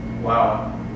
Wow